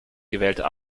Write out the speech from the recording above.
gewählter